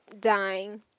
dying